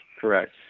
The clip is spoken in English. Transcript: Correct